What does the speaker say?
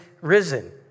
risen